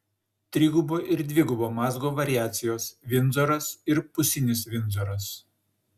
trigubo ir dvigubo mazgo variacijos vindzoras ir pusinis vindzoras